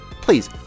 please